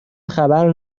خبر